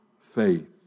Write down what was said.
faith